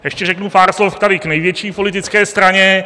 Ještě řeknu pár slov tady k největší politické straně.